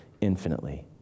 infinitely